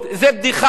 זו בדיחה,